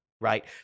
right